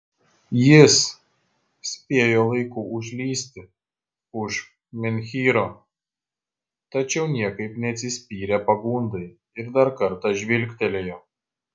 jis spėjo laiku užlįsti už menhyro tačiau niekaip neatsispyrė pagundai ir dar kartą žvilgtelėjo